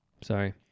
Sorry